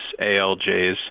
ALJs